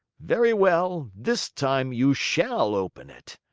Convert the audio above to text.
very well, this time you shall open it.